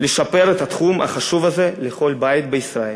לשפר את התחום החשוב הזה לכל בית בישראל.